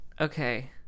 Okay